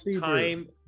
time